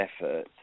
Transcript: effort